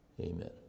Amen